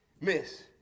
miss